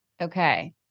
Okay